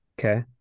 Okay